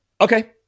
okay